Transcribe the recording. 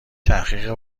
تحقیق